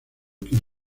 quien